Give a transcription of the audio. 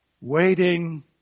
Waiting